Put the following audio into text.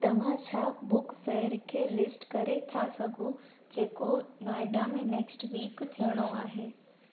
तव्हां छा book fair खे लिस्ट करे था सघो जेको नोएडा में नेक्स्ट वीक थियणो आहे